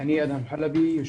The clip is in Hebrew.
אני אדהם חלבי, אני בכיתה י"ב.